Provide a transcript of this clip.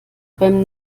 beim